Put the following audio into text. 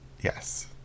Yes